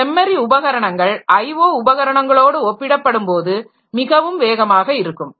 இந்த மெமரி உபகரணங்கள் IO உபகரணங்களாேடு ஒப்பிடப்படும்போது மிகவும் வேகமாக இருக்கும்